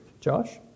Josh